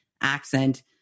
accent